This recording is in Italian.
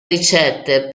ricette